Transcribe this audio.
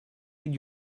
did